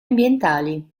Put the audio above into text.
ambientali